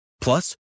Plus